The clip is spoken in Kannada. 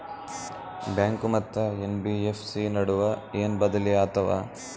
ಬ್ಯಾಂಕು ಮತ್ತ ಎನ್.ಬಿ.ಎಫ್.ಸಿ ನಡುವ ಏನ ಬದಲಿ ಆತವ?